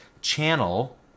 channel